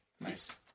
Nice